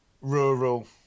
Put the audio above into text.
rural